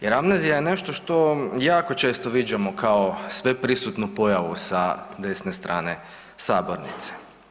Jer amnezija je nešto što jako često viđamo kao sveprisutnu pojavu sa desne strane sabornice.